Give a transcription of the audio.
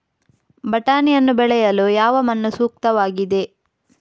ಬಟಾಣಿಯನ್ನು ಬೆಳೆಯಲು ಯಾವ ಮಣ್ಣು ಸೂಕ್ತವಾಗಿದೆ?